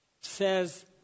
says